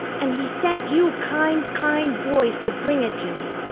and he sent you kind, kind boys to bring it to me.